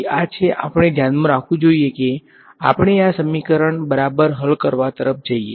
તેથી આ છે આપણે ધ્યાનમાં રાખવું જોઈએ કે આપણે આ સમીકરણ બરાબર હલ કરવા તરફ જઈએ